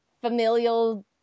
familial